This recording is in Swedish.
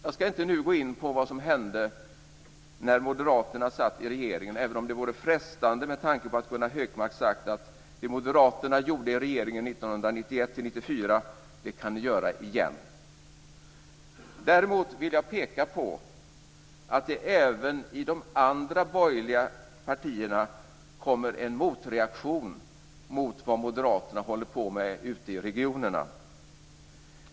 Jag ska nu inte gå in på vad som hände när moderaterna satt i regeringen, även om det vore frestande med tanke på att Gunnar Hökmark sagt att det moderaterna gjorde i regeringen 1991-1994 kan de göra igen. Däremot vill jag peka på att det även i de andra borgerliga partierna kommer en motreaktion mot vad moderaterna håller på med ute i regionerna.